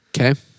Okay